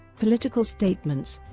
political statements